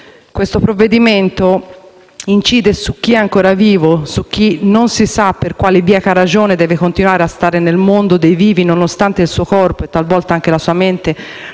e il provvedimento in esame incide su chi è ancora vivo e non si sa per quale bieca ragione debba continuare a stare nel mondo dei vivi, nonostante il suo corpo e talvolta anche la mente